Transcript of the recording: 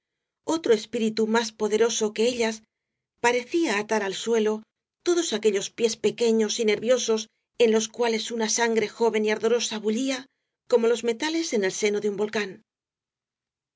otro espíritu más poderoso que ellas parecía atar al suelo todos aquellos pies pequeños y nerviosos en los cuales una sangre joven y ardorosa bullía como los metales en el seno de un volcán